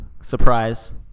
Surprise